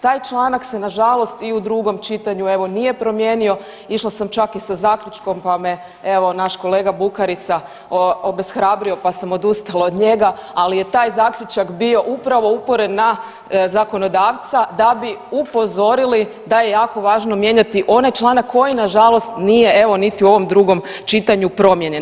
Taj članak se nažalost i u drugom čitanju evo nije promijenio, išla sam čak i sa zaključkom, pa me evo naš kolega Bukarica obeshrabrio, pa sam odustala od njega, ali je taj zaključak bio upravo uperen na zakonodavca da bi upozorili da je jako važno mijenjati onaj članak koji nažalost nije evo niti u ovom drugom čitanju promijenjen.